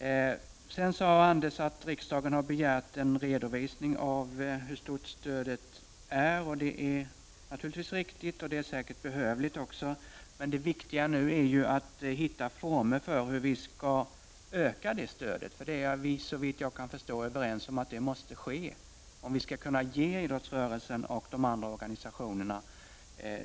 Anders Nilsson sade att riksdagen har begärt en redovisning hur stort stödet till idrottsrörelsen är. Det är naturligtvis riktigt, och det är säkert också behövligt. Men det viktiga nu är att finna former för hur vi skall öka det stödet. Såvitt jag har förstått är vi överens om att detta måste ske om vi skall kunna ge idrottsrörelsen och de andra organistionerna